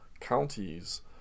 counties